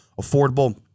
affordable